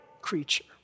creature